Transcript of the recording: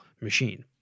machine